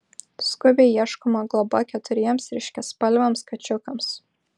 skubiai ieškoma globa keturiems ryškiaspalviams kačiukams